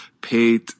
paid